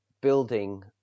building